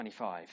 25